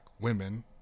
women